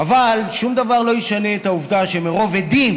אבל שום דבר לא ישנה את העובדה שמרוב עדים